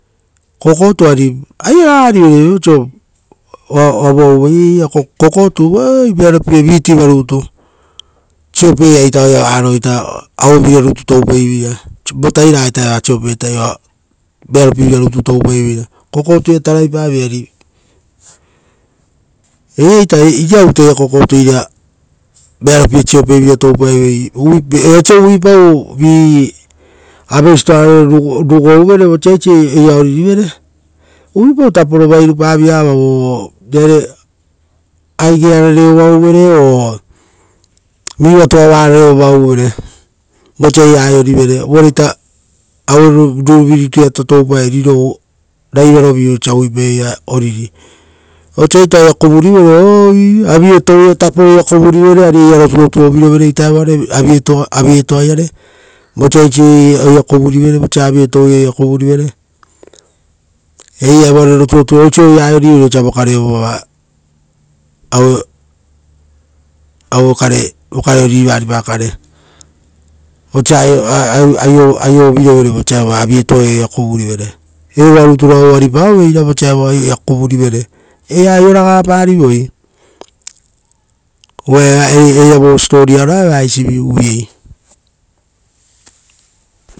Kokotu vearopie va rutu, sopeaoira varo oa aueviria rutu toupai veira, votairaga-eva sopetai oa vearopievira rutu toupai veira. Koktuia tarapaviei ari eiraita iriavu kokotu iria vearopie sopevira toupaevoi, viapau oisio uvuipau ra vi apeisitoarore rugo uvere vosa eisi oira oririvere, uvuipau taporo vairupa vira avau o, aige arare ovauvere o. Vi vatuavarore vosa oira aiorivere. Uva riro raivarovi toupai oisio osa uvuipai roi oira oriri. Vosa ita oira kuvurivere o-i-avie touia tapo oira kuvurivere, ari eira. Roturotuoviro vere evo areita avietouiare, vosa avietouia oira kuvurivere uva oisio oira aiorivere osa vokare uvuapakare, osa aiovirovere vosa avietouia oira kuvurivere. Evoa rutu vearoiraopaoveira, ari eira aio raga parivoi. Uva eira vo siposipo aroa eva eisivi.